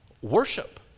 worship